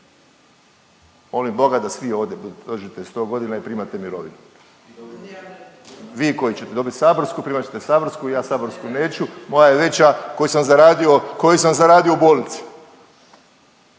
molim Boga da svi ovdje doživite 100 godina i primate mirovinu, vi koji ćete dobiti saborsku, primat ćete saborsku, ja saborsku neću moja je veća koju sam zaradio u bolnici,